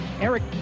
Eric